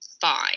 fine